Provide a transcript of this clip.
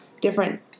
different